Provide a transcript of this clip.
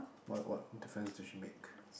why what difference did she make